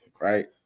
right